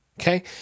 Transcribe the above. Okay